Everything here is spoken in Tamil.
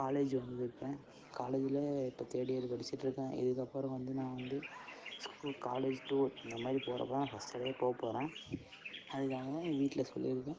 காலேஜ் வந்திருக்கேன் காலேஜில் இப்போ தேர்ட் இயர் படிச்சுட்ருக்கேன் இதுக்கப்புறம் வந்து நான் வந்து ஸ்கூ காலேஜ் டூர் இந்தமாதிரி போவதுதான் நான் ஃபஸ்ட்டாகவே போகப்போறேன் அதுக்காக எங்கள் வீட்டில் சொல்லியிருக்கேன்